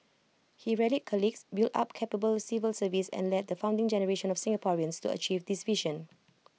he rallied colleagues built up A capable civil service and led the founding generation of Singaporeans to achieve this vision